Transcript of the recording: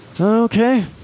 Okay